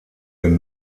den